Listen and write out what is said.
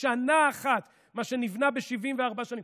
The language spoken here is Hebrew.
בשנה אחת מה שנבנה ב-74 שנים.